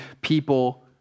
people